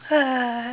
uh